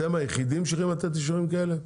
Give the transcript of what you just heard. אתם היחידים שיודעים לתת אישורים כאלה?